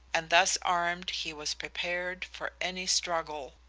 and thus armed he was prepared for any struggle.